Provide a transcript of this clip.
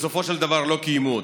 ובסופו של דבר לא קיימו אותן.